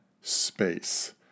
space